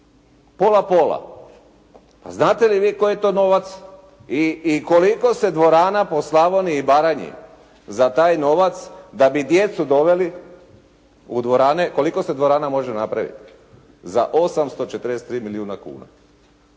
Pola pola. Pa znate li vi koji je to novac i koliko se dvorana po Slavoniji i Baranji za taj novac da bi djecu doveli u dvorane, koliko se dvorana može napraviti za 843 milijuna kuna.